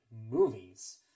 movies